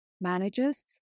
managers